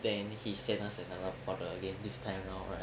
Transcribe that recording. then he sent us another part of the game this time round right